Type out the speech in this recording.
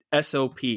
SOP